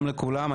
שלום לכולם.